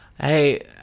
Hey